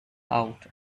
out